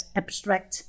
abstract